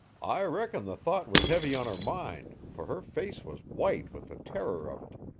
i reckon the thought was heavy on her mind, for her face was white with the terror of it.